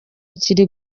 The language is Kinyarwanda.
kiri